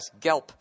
Gelp